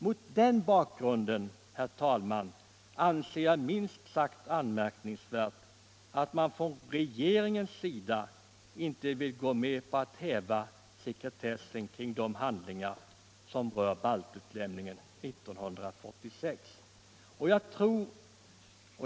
Mot den bakgrunden, herr talman, anser jag det vara minst sagt anmärkningsvärt att man från regeringens sida inte vill gå med på att häva sekretessen kring de handlingar som rör baltutlämningen 1946.